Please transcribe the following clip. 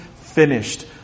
finished